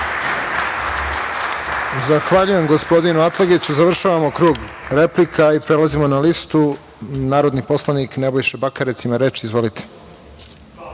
Zahvaljujem, gospodinu Atlagiću. Završavamo krug replika i prelazimo na listu. Narodni poslanik Nebojša Bakarec ima reč. Izvolite.